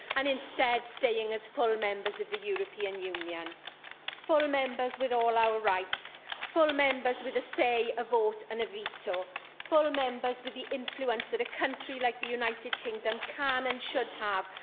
and, instead, staying as full members of the european union full members with all our rights full members with a say, a vote and a veto full members with the influence that a country like the united kingdom can and should have,